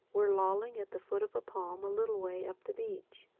were lolling at the foot of a palm a little way up the beach.